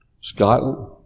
Scotland